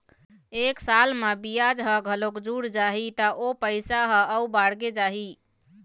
एक साल म बियाज ह घलोक जुड़ जाही त ओ पइसा ह अउ बाड़गे जाही